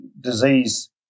disease